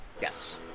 Yes